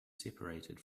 separated